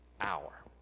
hour